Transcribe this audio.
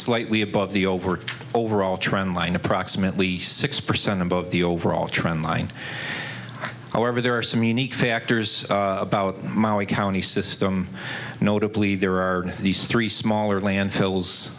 slightly above the over overall trend line approximately six percent above the overall trend line however there are some unique factors about maui county system notably there are these three smaller